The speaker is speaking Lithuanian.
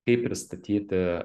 kaip pristatyti